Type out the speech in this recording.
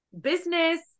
business